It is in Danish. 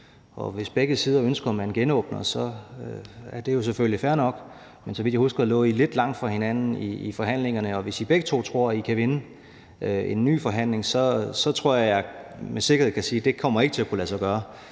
hvis begge sider ønsker, at man genåbner det, er det jo selvfølgelig fair nok. Men så vidt jeg husker, lå I lidt langt fra hinanden i forhandlingerne, og hvis I begge to tror, I kan vinde i en ny forhandling, så tror jeg, jeg med sikkerhed kan sige, at det ikke kommer til at kunne lade sig gøre.